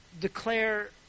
declare